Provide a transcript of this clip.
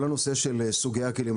כל הנושא של סוגי הכלים,